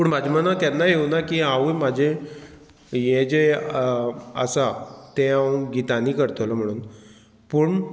पूण म्हाजें मनां केन्नाय येवना की हांवूय म्हाजें हें जें आसा तें हांव गितांनी करतलों म्हणून पूण